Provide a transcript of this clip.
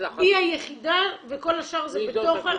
היא היחידה, וכל השאר זה בתוך.